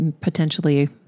potentially